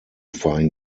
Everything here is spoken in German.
fein